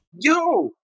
Yo